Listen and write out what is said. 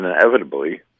inevitably